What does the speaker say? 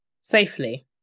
Safely